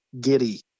Giddy